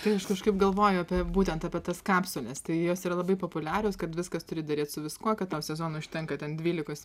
tai aš kažkaip galvoju apie būtent apie tas kapsles tai jos yra labai populiarios kad viskas turi derėt su viskuo kad tau sezonui užtenka ten dvylikos